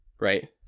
right